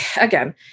again